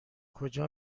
کجا